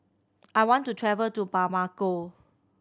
I want to travel to Bamako